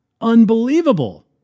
Unbelievable